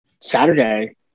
saturday